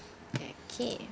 okay